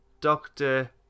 Doctor